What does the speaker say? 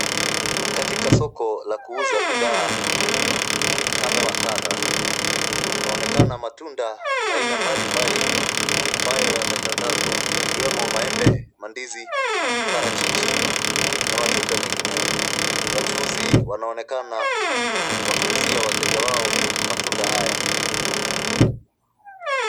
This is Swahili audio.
Katika soko la kuuza bidhaa kadha wa kadha, kunaonekana matunda aina mbalimbali ambayo yametandazwa yakiwemo, maembe, mandizi, parachichi na matunda mengineyo. Wachuuzi wanaonekana wakiuzia wateja wao matunda haya.